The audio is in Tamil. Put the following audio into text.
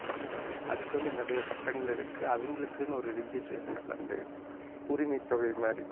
பண்ணும் அதுக்கு வந்து நிறையா சட்டங்கள் இருக்குது அவங்களுக்குனு ஒரு ரிஜிஸ்ட்ரேஷன் நடந்து உரிமை தொகை மாதிரி